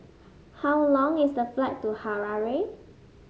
how long is the flight to Harare